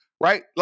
right